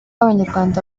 abanyarwanda